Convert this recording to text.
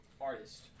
artist